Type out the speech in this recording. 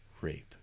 rape